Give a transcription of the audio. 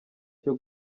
cyo